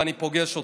ואני פוגש אותם,